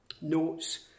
notes